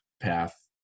path